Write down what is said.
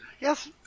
Yes